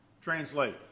Translate